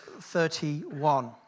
31